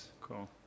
Cool